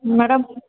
madam